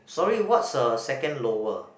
sorry what's the second lower